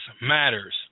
matters